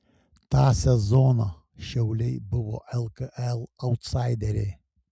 tą sezoną šiauliai buvo lkl autsaideriai